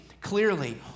clearly